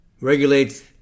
Regulates